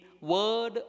word